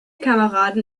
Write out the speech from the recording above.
kameraden